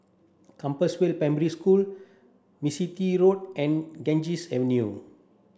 Compassvale Primary School Mistri Road and Ganges Avenue